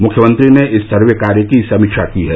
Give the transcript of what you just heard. मुख्यमंत्री ने इस सर्वे कार्य की समीक्षा की है